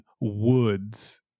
woods